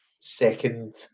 second